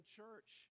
church